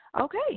Okay